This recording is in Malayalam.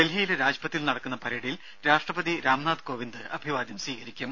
ഡൽഹിയിലെ രാജ്പഥിൽ നടക്കുന്ന പരേഡിൽ രാഷ്ട്രപതി രാംനാഥ് കോവിന്ദ് അഭിവാദ്യം സ്വീകരിക്കും